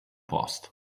past